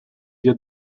via